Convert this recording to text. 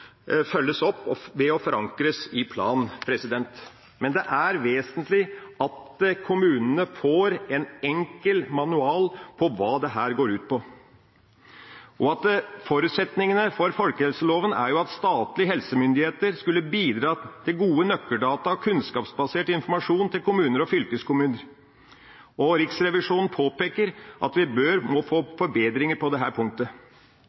følges opp ved å forankres i plan, men det er vesentlig at kommunene får en enkel manual for hva dette går ut på. Forutsetningene for folkehelseloven var jo at statlige helsemyndigheter skulle bidra til gode nøkkeldata og kunnskapsbasert informasjon til kommuner og fylkeskommuner, og Riksrevisjonen påpeker at vi bør få forbedringer på dette punktet.